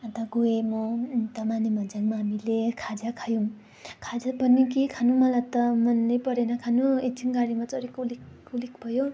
अन्त गएँ म अन्त मानेभञ्ज्याङमा हामीले खाजा खायौँ खाजा पनि के खानु मलाई त मनैपरेन खानु एकछिन गाडीमा चढेको कुलिक कुलिक भयो